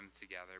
together